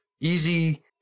easy